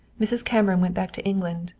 mrs. cameron went back to england,